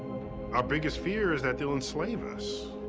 our biggest fear is that they'll enslave us.